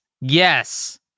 Yes